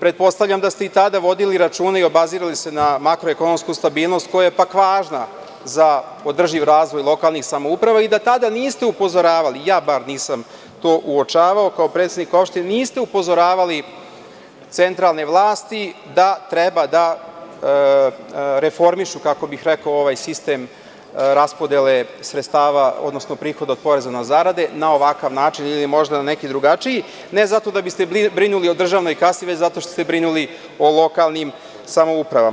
pretpostavljam da ste i tada vodili računa i obazirali se na makroekonomsku stabilnost, koja je pak važna za održiv razvoj lokalnih samouprava i da tada niste upozoravali, ja bar nisam to uočavao, kao predsednik opštine, niste upozoravali centralne vlasti da treba da reformišu, kako bih rekao, ovaj sistem raspodele sredstava, odnosno prihoda od poreza na zarade na ovakav način ili možda na neki drugačiji, ne zato da biste brinuli o državnoj kasi, već zato što ste brinuli o lokalnim samoupravama.